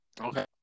Okay